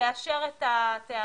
לאשר את התארים.